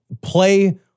play